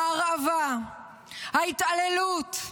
ההרעבה, ההתעללות,